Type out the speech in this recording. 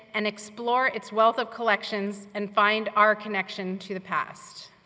and explore its wealth of collections, and find our connection to the past.